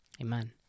amen